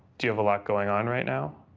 do you have a lot going on right now?